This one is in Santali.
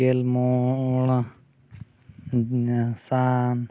ᱜᱮᱞ ᱢᱚᱬ ᱥᱟᱱ